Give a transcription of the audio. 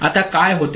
आता काय होते